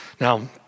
Now